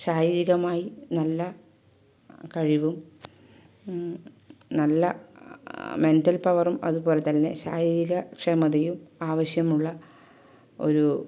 ശാരീരമായി നല്ല കഴിവും നല്ല മെന്റൽ പവറും അതുപോലെത്തന്നെ ശാരീരിക ക്ഷമതയും ആവശ്യമുള്ള ഒരു